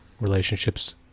relationships